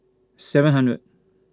seven hundred